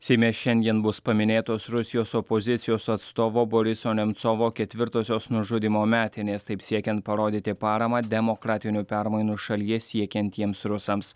seime šiandien bus paminėtos rusijos opozicijos atstovo boriso nemcovo ketvirtosios nužudymo metinės taip siekiant parodyti paramą demokratinių permainų šalyje siekiantiems rusams